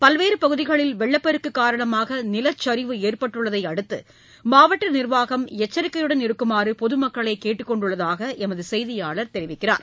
பல்வேறு பகுதிகளில் வெள்ளப்பெருக்கு காரணமாக நிலச்சரிவு ஏற்பட்டுள்ளதை அடுத்து மாவட்ட நிர்வாகம் எச்சரிக்கையுடன் இருக்குமாறு பொதுமக்களைக் கேட்டுக் கொண்டுள்ளதாக எமது செய்தியாளர் தெரிவிக்கிறார்